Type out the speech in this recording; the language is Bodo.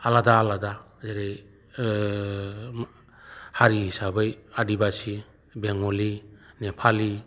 आलादा आलादा जेरै हारि हिसाबै आदिबासि बेंगलि नेपालि